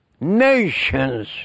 nations